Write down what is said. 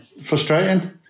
Frustrating